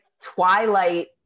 twilight